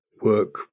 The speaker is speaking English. work